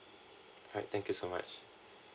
alright thank you so much